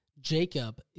Jacob